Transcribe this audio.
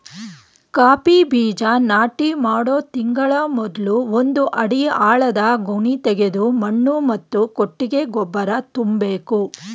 coffee ಬೀಜ ನಾಟಿ ಮಾಡೋ ತಿಂಗಳ ಮೊದ್ಲು ಒಂದು ಅಡಿ ಆಳದ ಗುಣಿತೆಗೆದು ಮಣ್ಣು ಮತ್ತು ಕೊಟ್ಟಿಗೆ ಗೊಬ್ಬರ ತುಂಬ್ಬೇಕು